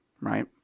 right